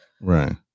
Right